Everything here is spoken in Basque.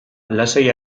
lasai